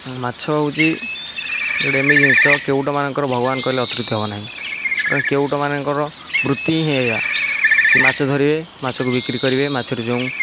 ମାଛ ହେଉଛି ଗୋଟିଏ ଏମିତି ଜିନିଷ କେଉଟମାନଙ୍କର ଭଗବାନ କହିଲେ ଅତୃତୀ ହେବ ନାହିଁ କେଉଟ ମାନଙ୍କର ବୃତ୍ତି ହିଁ ଏଇଆ କି ମାଛ ଧରିବେ ମାଛକୁ ବିକ୍ରି କରିବେ ମାଛରୁ ଯେଉଁ